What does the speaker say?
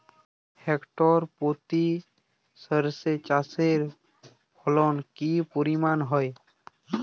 Hectare প্রতি সর্ষে চাষের ফলন কি পরিমাণ হয়?